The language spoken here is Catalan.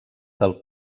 del